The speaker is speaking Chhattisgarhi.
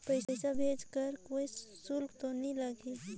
पइसा भेज कर कोई शुल्क तो नी लगही?